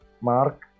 Mark (